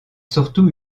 surtout